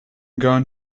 going